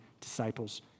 disciples